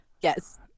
Yes